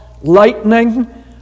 lightning